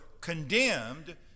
condemned